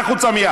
צא החוצה.